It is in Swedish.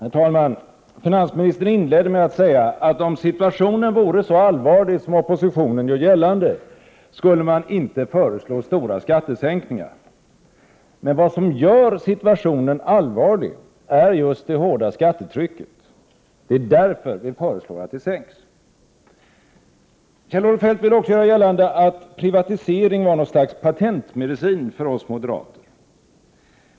Herr talman! Finansministern inledde sitt anförande med att säga, att om situationen vore så allvarlig som oppositionen gör gällande skulle man inte föreslå stora skattesänkningar. Men vad som gör situationen allvarlig är just det hårda skattetrycket. Det är därför som vi föreslår att skatten sänks. Kjell-Olof Feldt vill också göra gällande att privatisering är ett slags patentmedicin för oss moderater.